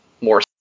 more